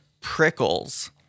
prickles